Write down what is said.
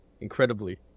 incredibly